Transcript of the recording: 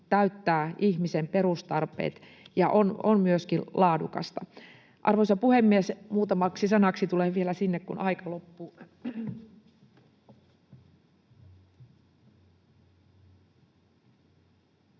täyttää ihmisen perustarpeet ja on myöskin laadukasta. Arvoisa puhemies! Muutamaksi sanaksi tulen vielä sinne, kun aika loppuu. [Puhuja